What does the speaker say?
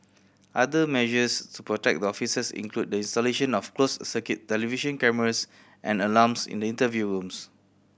other measures to protect the officers include the installation of closed circuit television cameras and alarms in the interview rooms